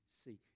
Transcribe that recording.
see